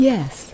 Yes